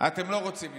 אתם לא רוצים הידברות.